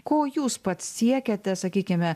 ko jūs pats siekiate sakykime